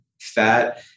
fat